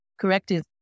corrective